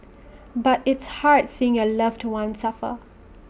but it's hard seeing your loved one suffer